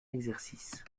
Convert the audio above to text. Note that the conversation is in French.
exercice